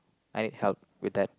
I need help with that